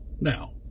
Now